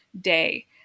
day